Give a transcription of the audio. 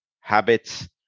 habits